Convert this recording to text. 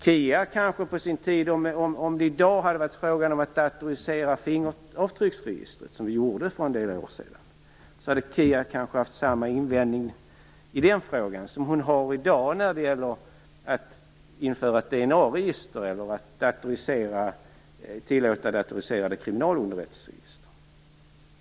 Om det i dag hade varit fråga om att datorisera fingeravtrycksregistret, som vi gjorde för en del år sedan, hade Kia Andreasson kanske haft samma invändning i den frågan om hon har i dag när det gäller att införa ett DNA-register eller att tillåta datoriserade kriminalunderrättelseregister.